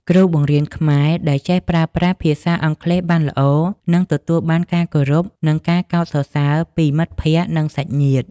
គ្រូបង្រៀនខ្មែរដែលចេះប្រើប្រាស់ភាសាអង់គ្លេសបានល្អ នឹងទទួលបានការគោរព និងកោតសរសើរពីមិត្តភក្តិ និងសាច់ញាតិ។